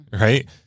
Right